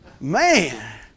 Man